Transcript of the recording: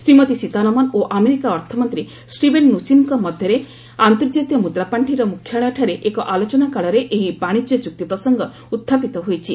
ଶ୍ରୀମତୀ ସୀତାରମଣ ଓ ଆମେରିକା ଅର୍ଥମନ୍ତ୍ରୀ ଷ୍ଟିଭେନ୍ ନୁଚୀନ୍ଙ୍କ ମଧ୍ୟରେ ଆର୍ନ୍ତଜାତିୟ ମୁଦ୍ରାପାଣ୍ଠିର ମୁଖ୍ୟାଳୟଠାରେ ଏକ ଆଲୋଚନାକାଳରେ ଏହି ବାଣିଜ୍ୟ ଚୁକ୍ତି ପ୍ରସଙ୍ଗ ଉତ୍ଥାପିତ ହୋଇଛି